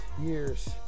years